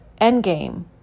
Endgame